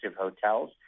hotels